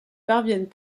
parviennent